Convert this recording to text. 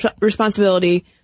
responsibility